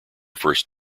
first